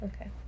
Okay